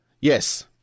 Yes